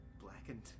blackened